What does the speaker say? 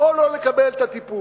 או לא לקבל את הטיפול,